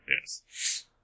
Yes